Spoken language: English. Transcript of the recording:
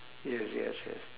yes yes yes